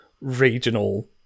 regional